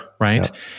right